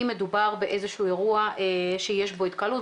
אם מדובר באיזשהו אירוע שיש בו התקהלות,